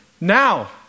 Now